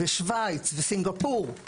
שווייץ וסינגפור,